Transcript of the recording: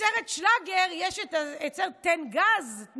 בסרט שלאגר יש "תן גז".